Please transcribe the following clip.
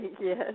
yes